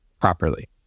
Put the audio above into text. properly